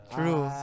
True